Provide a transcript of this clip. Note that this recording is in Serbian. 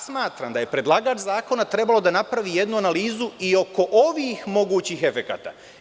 Smatram da je predlagač zakona trebalo da napravi jednu analizu i oko ovih mogućih efekata.